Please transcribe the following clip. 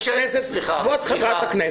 כבוד חברת הכנסת.